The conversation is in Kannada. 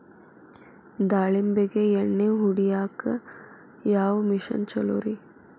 ದಾಳಿಂಬಿಗೆ ಎಣ್ಣಿ ಹೊಡಿಯಾಕ ಯಾವ ಮಿಷನ್ ಛಲೋರಿ?